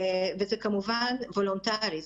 וזה כמובן וולונטרי.